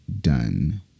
done